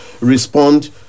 respond